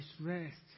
rest